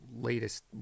latest